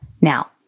Now